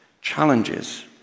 challenges